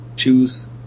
Choose